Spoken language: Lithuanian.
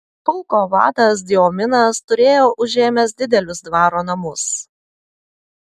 pulko vadas diominas turėjo užėmęs didelius dvaro namus